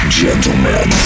gentlemen